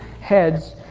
heads